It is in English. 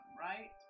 Right